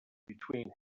between